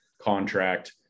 contract